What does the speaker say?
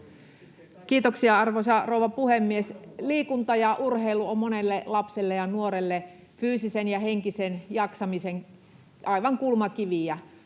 Kiitoksia, arvoisa rouva puhemies! Liikunta ja urheilu ovat monelle lapselle ja nuorelle aivan fyysisen ja henkisen jaksamisen kulmakiviä.